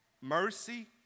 Mercy